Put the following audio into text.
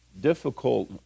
difficult